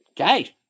Okay